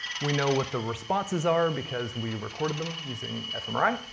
we know what the responses are, because we recorded them, using fmri.